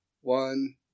one